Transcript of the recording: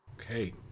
Okay